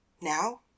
Now